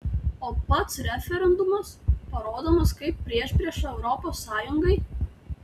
o pats referendumas parodomas kaip priešprieša europos sąjungai